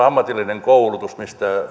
ammatillinen koulutus mistä